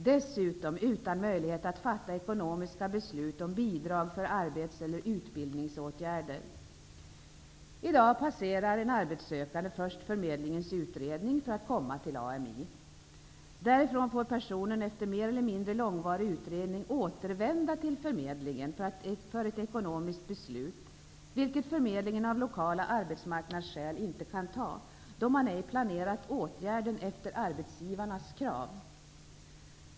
Dessutom utan möjlighet att fatta ekonomiska beslut om bidrag för arbets eller utbildningsåtgärder. I dag passerar en arbetssökande först förmedlingens utredning för att komma till AMI. Därifrån får personen, efter mer eller mindre långvarig utredning, återvända till förmedlingen för ett ekonomiskt beslut, vilket förmedlingen av lokala arbetsmarknadsskäl inte kan fatta, då man ej planerat åtgärden efter arbetsgivarnas krav.